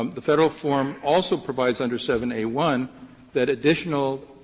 um the federal form also provides under seven a one that additional